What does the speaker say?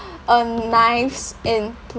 mm knives in plural